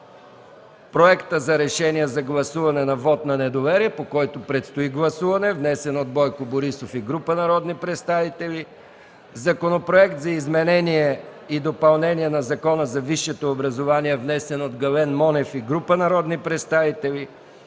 Проект за решение за гласуване на вот на недоверие, по който предстои гласуване, внесен от Бойко Борисов и група народни представители. Законопроект за изменение и допълнение на Закона за висшето образование, внесен от Гален Монев и група народни представители.